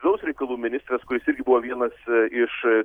vidaus reikalų ministras kuris irgi buvo vienas iš